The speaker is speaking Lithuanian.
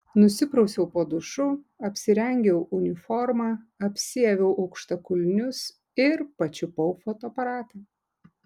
nusiprausiau po dušu apsirengiau uniformą apsiaviau aukštakulnius ir pačiupau fotoaparatą